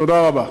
תודה רבה.